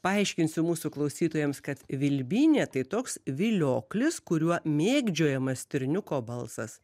paaiškinsiu mūsų klausytojams kad vilbynė tai toks vilioklis kuriuo mėgdžiojamas stirniuko balsas